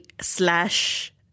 slash